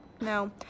no